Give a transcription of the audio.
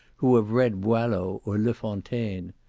who have read boileau or le fontaine.